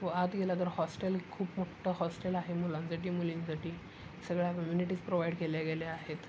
व आत गेला तर हॉस्टेल खूप मोठं हॉस्टेल आहे मुलांसाठी मुलींसाठी सगळ्या कम्युनिटीज प्रोव्हाइड केल्या गेल्या आहेत